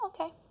okay